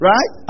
Right